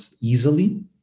easily